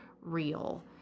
real